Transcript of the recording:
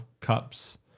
cups